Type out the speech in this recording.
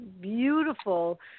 beautiful